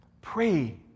Pray